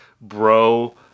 bro